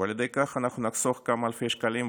ועל ידי כך אנחנו נחסוך כמה אלפי שקלים.